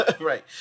Right